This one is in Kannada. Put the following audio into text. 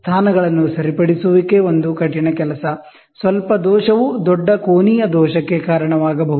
ಸ್ಥಾನಗಳನ್ನು ಸರಿಪಡಿಸುವಿಕೆ ಒಂದು ಕಠಿಣ ಕೆಲಸ ಸ್ವಲ್ಪ ದೋಷವು ದೊಡ್ಡ ಕೋನೀಯ ದೋಷಕ್ಕೆ ಕಾರಣವಾಗಬಹುದು